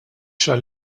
xahar